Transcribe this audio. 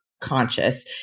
conscious